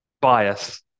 bias